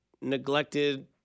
neglected